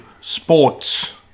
sports